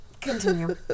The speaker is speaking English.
continue